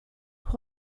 full